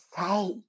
say